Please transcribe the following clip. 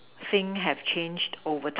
think have change over